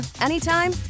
anytime